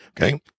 okay